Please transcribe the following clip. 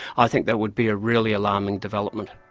i think that would be a really alarming development.